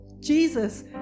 Jesus